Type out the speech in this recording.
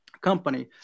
company